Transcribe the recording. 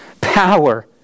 power